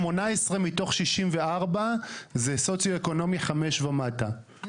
18 מתוך 64 זה סוציו-אקונומי 5 ומטה,